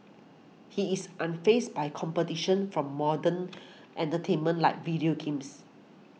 he is unfazed by competition from modern entertainment like video games